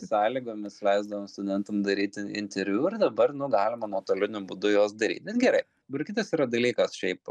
sąlygomis leisdavom studentam daryti interviu ir dabar nu galima nuotoliniu būdu juos daryt bet gerai dabar kitas yra dalykas šiaip